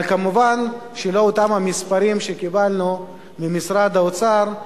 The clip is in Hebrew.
אבל מובן שלא אותם המספרים שקיבלנו ממשרד האוצר,